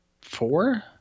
Four